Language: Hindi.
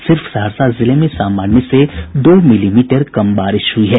सिर्फ सहरसा जिले में सामान्य से दो मिलीमीटर कम बारिश हुई है